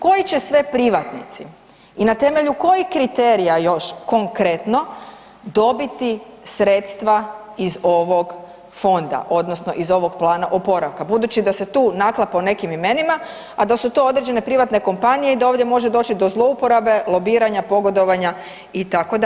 Koji će sve privatnici i na temelju kojih kriterija još konkretno dobiti sredstva iz ovog fonda, odnosno iz ovog plana oporavka. budući da se tu naklapa o nekim imenima, da su to određene privatne kompanije da ovdje može doći do zlouporabe, lobiranja, pogodovanja itd.